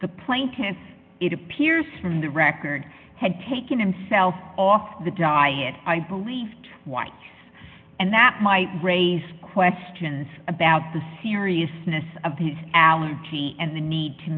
the plane can't it appears from the record had taken himself off the diet i believe it was and that might raise questions about the seriousness of the allergy and the need to